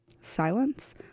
silence